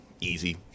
easy